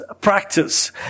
practice